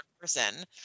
person